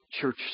Church